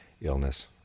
illness